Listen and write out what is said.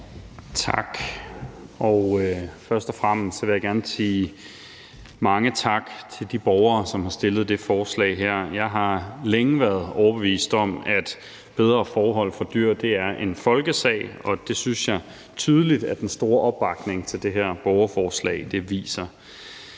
Tak. Først og fremmest vil jeg gerne sige mange tak til de borgere, som har fremsat det her forslag. Jeg har længe været overbevist om, at bedre forhold for dyr er en folkesag, og det synes jeg tydeligt at den store opbakning til det her borgerforslag viser.